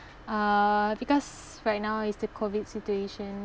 uh because right now is the COVID situation